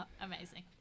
Amazing